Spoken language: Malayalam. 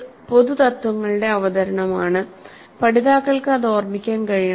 വിവരങ്ങൾ എന്നാൽ പൊതുതത്ത്വങ്ങളുടെ അവതരണമാണ് പഠിതാക്കൾക്ക് അത് ഓർമ്മിക്കാൻ കഴിയണം